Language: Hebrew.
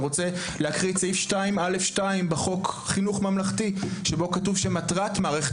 ואני רוצה להקריא את סעיף 2(א)(2) בחוק חינוך ממלכתי שבו כתוב שמטרת מערכת